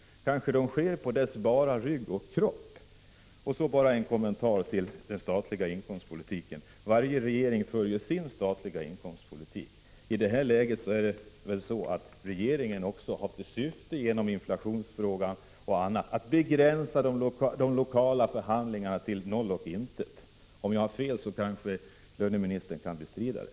Kanske kommer denna omfördelning att skinna arbetarna in på bara kroppen. Låt mig så få göra en kommentar till den statliga inkomstpolitiken. Varje regering följer sin statliga inkomstpolitik. I det här läget har väl regeringen genom hänvisning till inflationsfrågan för avsikt att begränsa de lokala förhandlingarna till noll och intet värde. Om jag har fel kan kanske löneministern rätta mig.